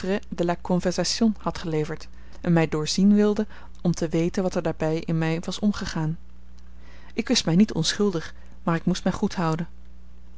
de la conversation had geleverd en mij doorzien wilde om te weten wat er daarbij in mij was omgegaan ik wist mij niet onschuldig maar ik moest mij goed houden